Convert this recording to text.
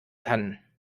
kann